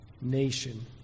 nation